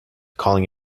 calling